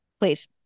Please